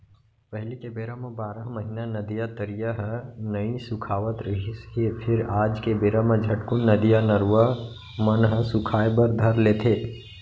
पहिली के बेरा म बारह महिना नदिया, तरिया ह नइ सुखावत रिहिस हे फेर आज के बेरा म झटकून नदिया, नरूवा मन ह सुखाय बर धर लेथे